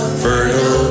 fertile